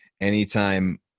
anytime